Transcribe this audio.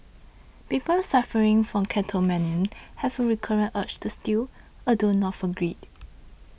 people suffering from kleptomania have a recurrent urge to steal although not for greed